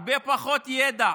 הרבה פחות ידע,